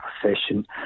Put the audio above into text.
profession